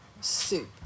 soup